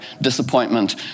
disappointment